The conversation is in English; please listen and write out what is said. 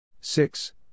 Six